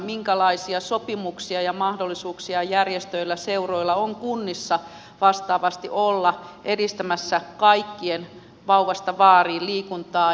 minkälaisia sopimuksia ja mahdollisuuksia järjestöillä ja seuroilla on kunnissa vastaavasti olla edistämässä vauvasta vaariin kaikkien liikuntaa